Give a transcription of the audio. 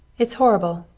it's horrible,